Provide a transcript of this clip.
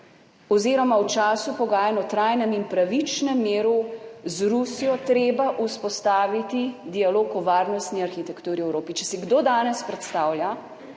oziroma v času pogajanj o trajnem in pravičnem miru z Rusijo treba vzpostaviti dialog o varnostni arhitekturi v Evropi. Če si kdo danes predstavlja,